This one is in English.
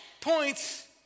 points